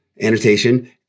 annotation